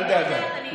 אל דאגה.